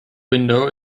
window